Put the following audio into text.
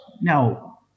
now